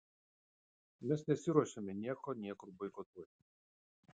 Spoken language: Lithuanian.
mes nesiruošiame nieko niekur boikotuoti